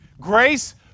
Grace